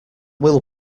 will